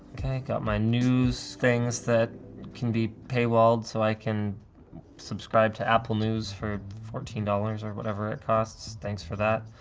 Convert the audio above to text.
got my news, things that can be paywalled, so i can subscribe to apple news for fourteen dollars or whatever it costs. thanks for that.